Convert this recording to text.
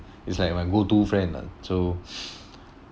it's like my go-to friend lah so